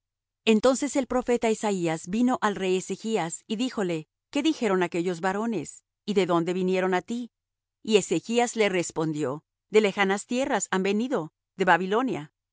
entonces el profeta isaías vino al rey ezechas y díjole qué dijeron aquellos varones y de dónde vinieron á ti y ezechas le respondió de lejanas tierras han venido de babilonia